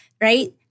right